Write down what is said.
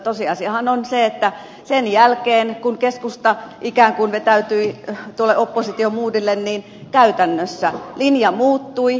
tosiasiahan on se että sen jälkeen kun keskusta ikään kuin vetäytyi tuolle oppositiomuurille käytännössä linja muuttui kovin paljon